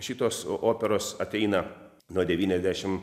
šitos operos ateina nuo devyniasdešim